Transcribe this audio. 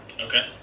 Okay